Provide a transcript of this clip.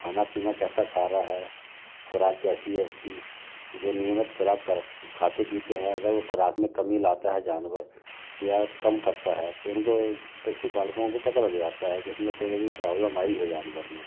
खाना पीना कैसा खा रहा है खुराक कैसी है उसकी जो नियमित खुराक खाते पीते हैं अगर वो खुराक में कमी लाता है जानवर या कम करता है तो पशु पालकों को पता लग जाता है कि इसमें कोई न कोई प्रॉबलम आई है जानवर में